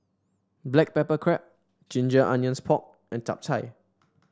Black Pepper Crab Ginger Onions Pork and Chap Chai